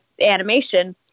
animation